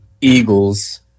eagles